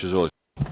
Izvolite.